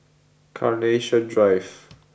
Carnation Drive